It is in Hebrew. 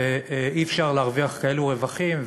ואי-אפשר להרוויח כאלה רווחים,